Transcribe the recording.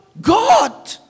God